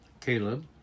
Caleb